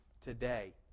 today